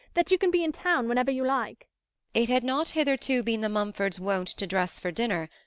that you can be in town whenever you like it had not hitherto been the mumfords' wont to dress for dinner,